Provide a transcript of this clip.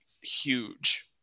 huge